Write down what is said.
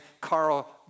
Carl